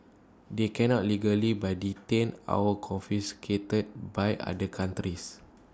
they cannot legally by detained our confiscated by other countries